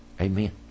amen